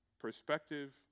perspective